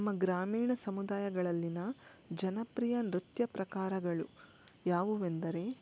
ನಮ್ಮ ಗ್ರಾಮೀಣ ಸಮುದಾಯಗಳಲ್ಲಿನ ಜನಪ್ರಿಯ ನೃತ್ಯ ಪ್ರಕಾರಗಳು ಯಾವುವೆಂದರೆ